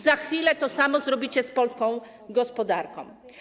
Za chwilę to samo zrobicie z polską gospodarką.